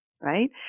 right